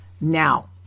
now